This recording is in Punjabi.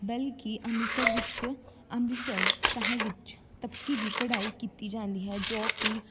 ਬਲਕਿ ਅੰਮ੍ਰਿਤਸਰ ਵਿੱਚ ਅੰਮ੍ਰਿਤਸਰ ਸ਼ਹਿਰ ਵਿੱਚ ਤਬਕੀ ਦੀ ਕਢਾਈ ਕੀਤੀ ਜਾਂਦੀ ਹੈ ਜੋ ਕਿ